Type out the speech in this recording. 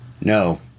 no